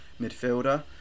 midfielder